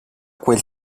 quel